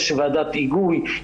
יש ועדת היגוי,